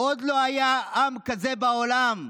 "עוד לא היה עם כזה בעולם.